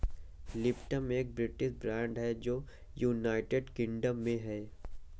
Lipton एक British brand है जो यूनाइटेड किंगडम में है